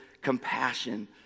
compassion